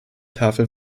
tafel